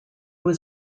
was